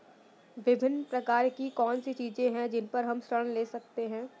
विभिन्न प्रकार की कौन सी चीजें हैं जिन पर हम ऋण ले सकते हैं?